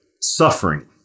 suffering